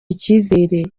icyizere